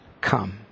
Come